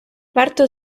варто